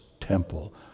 temple